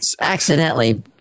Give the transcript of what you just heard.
accidentally